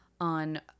on